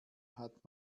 hat